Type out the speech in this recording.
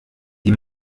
die